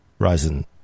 ryzen